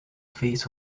feet